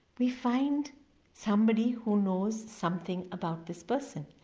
we find somebody who knows something about this person.